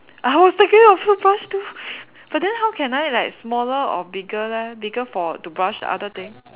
I was thinking of toothbrush too but then how can I like smaller or bigger leh bigger for to brush other thing